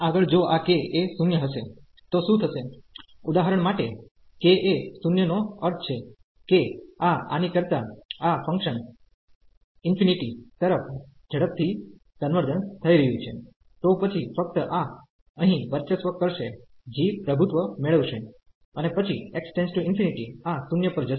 આગળ જો આ k એ 0 હશે તો શું થશે ઉદાહરણ માટે k એ 0 નો અર્થ છે કે આ આની કરતા આ ફંકશન ઇન્ફિનિટી તરફ ઝડપથી કન્વર્જન્સ થઈ રહ્યું છે તો પછી ફક્ત આ અહીં વર્ચસ્વ કરશે g પ્રભુત્વ મેળવશે અને પછી x →∞ આ 0 પર જશે